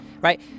right